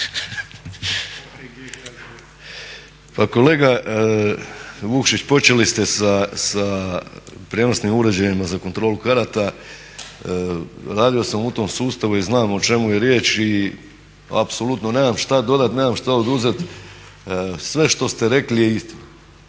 Pa kolega Vukšić, počeli ste sa prijenosnim uređajima za kontrolu karata, radio sam u tom sustavu i znam o čemu je riječ i apsolutno nemam šta dodati, nemam šta oduzeti, sve što ste rekli je istina.